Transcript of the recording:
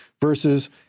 versus